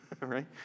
right